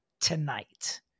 Tonight